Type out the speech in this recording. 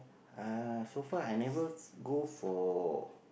uh so far I never go for